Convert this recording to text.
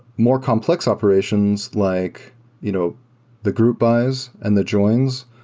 more complex operations like you know the group bys and the joins,